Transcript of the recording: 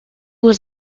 was